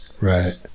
Right